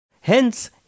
Hence